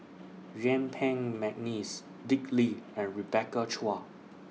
Yuen Peng Mcneice Dick Lee and Rebecca Chua